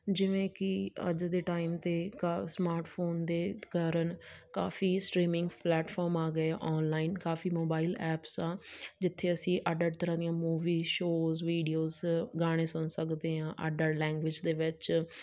ਜਿਵੇਂ ਕਿ ਅੱਜ ਦੇ ਟਾਈਮ 'ਤੇ ਕਾ ਸਮਾਰਟਫੋਨ ਦੇ ਕਾਰਨ ਕਾਫੀ ਸਟਰੀਮਿੰਗ ਪਲੈਟਫੋਰਮ ਆ ਗਏ ਆ ਔਨਲਾਈਨ ਕਾਫੀ ਮੋਬਾਇਲ ਐਪਸ ਆ ਜਿੱਥੇ ਅਸੀਂ ਅੱਡ ਅੱਡ ਤਰ੍ਹਾਂ ਦੀਆਂ ਮੂਵੀ ਸ਼ੋਜ ਵੀਡੀਓਜ ਗਾਣੇ ਸੁਣ ਸਕਦੇ ਹਾਂ ਅੱਡ ਅੱਡ ਲੈਂਗੁਏਜ ਦੇ ਵਿੱਚ